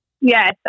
Yes